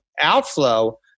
outflow